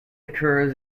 occurs